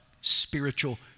spiritual